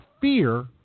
fear